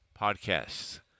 podcasts